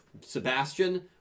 Sebastian